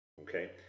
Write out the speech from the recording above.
okay